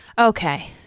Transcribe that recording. Okay